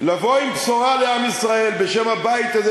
לבוא עם בשורה לעם ישראל בשם הבית הזה,